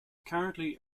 currently